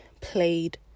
played